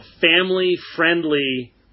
family-friendly